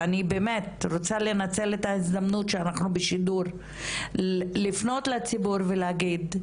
ואני באמת רוצה לנצל את ההזדמנות שאנחנו בשידור לפנות לציבור ולהגיד,